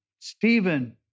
Stephen